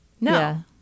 No